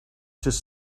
just